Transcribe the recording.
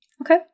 Okay